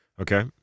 Okay